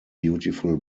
beautiful